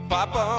Papa